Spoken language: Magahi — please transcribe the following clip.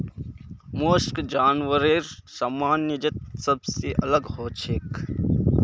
मोलस्क जानवरेर साम्राज्यत सबसे अलग हछेक